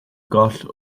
goll